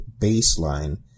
Baseline